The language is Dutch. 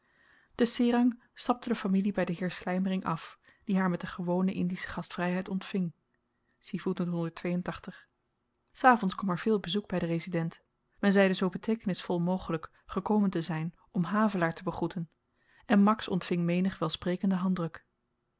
te serang stapte de familie by den heer slymering af die haar met de gewone indische gastvryheid ontving s avends kwam er veel bezoek by den resident men zeide zoo beteekenisvol mogelyk gekomen te zyn om havelaar te begroeten en max ontving menig welsprekenden handdruk